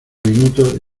minutos